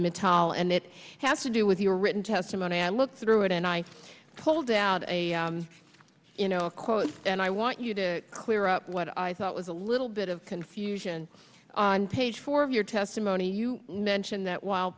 mittal and it has to do with your written testimony i looked through it and i pulled out a you know a quote and i want you to clear up what i thought was a little bit of confusion on page four of your testimony you mention that while